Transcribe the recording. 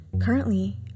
Currently